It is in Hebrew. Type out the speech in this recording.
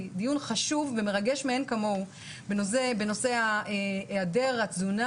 דיון חשוב ומרגש מאין כמוהו בנושא היעדר התזונה